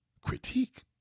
critique